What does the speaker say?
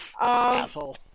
Asshole